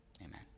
Amen